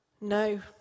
No